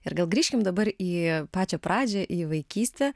ir gal grįžkim dabar į pačią pradžią į vaikystę